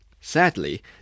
Sadly